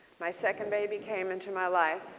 my second baby came into my life